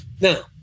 Now